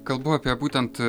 kalbu apie būtent